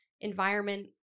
environment